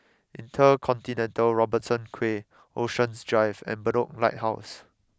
InterContinental Robertson Quay Oceans Drive and Bedok Lighthouse